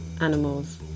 animals